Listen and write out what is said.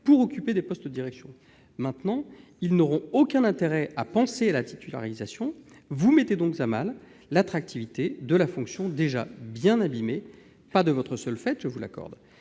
pour occuper des postes de direction. Maintenant, ils n'auront aucun intérêt à penser à la titularisation. Vous mettez donc à mal l'attractivité de la fonction, laquelle est déjà bien abîmée- pas de votre seul fait, je vous l'accorde.